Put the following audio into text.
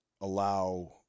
allow